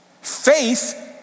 Faith